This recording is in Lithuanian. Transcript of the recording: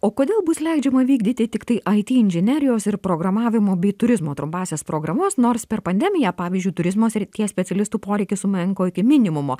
o kodėl bus leidžiama vykdyti tiktai it inžinerijos ir programavimo bei turizmo trumpąsias programas nors per pandemiją pavyzdžiui turizmo srities specialistų poreikis sumenko iki minimumo